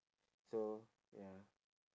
so ya